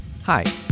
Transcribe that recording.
Hi